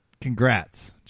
congrats